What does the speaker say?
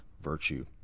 virtue